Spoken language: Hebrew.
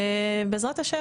ובעזרת ה',